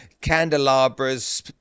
candelabras